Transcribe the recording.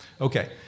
Okay